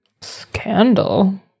Scandal